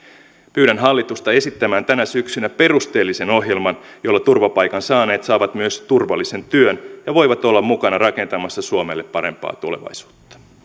pyydän hallitusta esittämään tänä syksynä perusteellisen ohjelman jolla turvapaikan saaneet saavat myös turvallisen työn ja voivat olla mukana rakentamassa suomelle parempaa tulevaisuutta